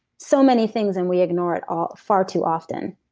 so many things and we ignore it ah far too often,